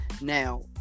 Now